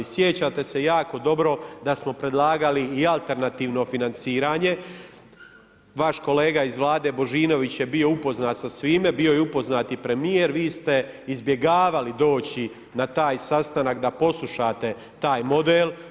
Sjećate se jako dobro, da smo predlagali i alternativno financiranje, vaš kolega iz Vlade, Božinović je bio upoznati sa svime, bio je upoznati i premjer, vi ste izbjegavali doći na taj sastanak, da poslušate taj model.